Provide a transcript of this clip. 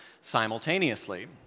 simultaneously